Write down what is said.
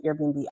Airbnb